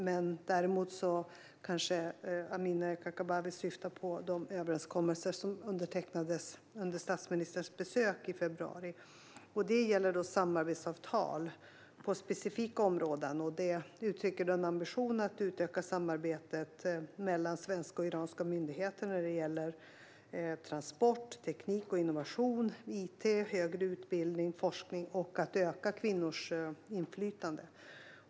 Amineh Kakabaveh kanske syftar på de överenskommelser som undertecknades under statsministerns besök i februari. Det gäller samarbetsavtal på specifika områden. De uttrycker en ambition att utöka samarbetet mellan svenska och iranska myndigheter vad gäller transport, teknik och innovation, it, högre utbildning och forskning. Det handlar också om att öka kvinnors inflytande.